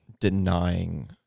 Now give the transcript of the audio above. denying